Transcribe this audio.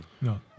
no